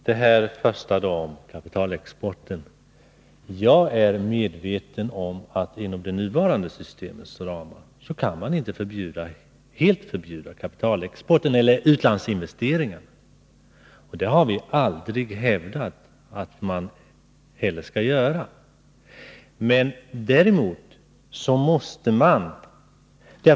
Herr talman! När det gäller kapitalexporten är jag medveten om att man inom det nuvarande systemets ramar inte helt kan förbjuda kapitalexport eller utlandsinvesteringar. Vi har heller aldrig hävdat att man skall göra det.